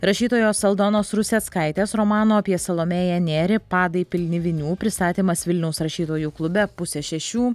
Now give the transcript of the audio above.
rašytojos aldonos ruseckaitės romano apie salomėją nėrį padai pilni vinių pristatymas vilniaus rašytojų klube pusė šešių